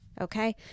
Okay